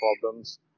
problems